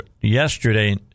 yesterday